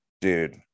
Dude